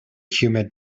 humid